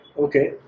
okay